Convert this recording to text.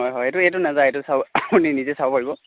হয় হয় এইটো নাযায় এইটো চাব আপুনি নিজে চাব পাৰিব